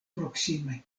proksime